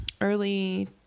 early